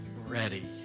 ready